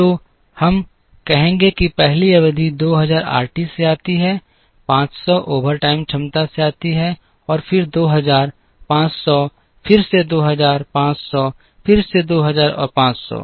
तो हम कहेंगे कि पहली अवधि 2000 आरटी से आती है 500 ओवरटाइम क्षमता से आती है फिर से 2000 500 फिर से 2000500 फिर से 2000 और 500